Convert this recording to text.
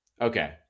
Okay